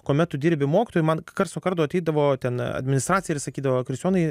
kuomet tu dirbi mokytoju man karts nuo karto ateidavo ten administracija ir sakydavo kristijonai